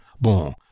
Bon